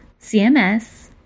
CMS